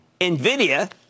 NVIDIA